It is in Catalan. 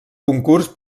concurs